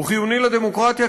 הוא חיוני לדמוקרטיה,